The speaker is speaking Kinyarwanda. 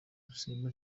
simba